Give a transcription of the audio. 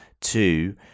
Two